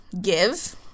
give